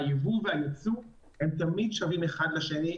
היבוא והיצוא הם תמיד שווים אחד לשני,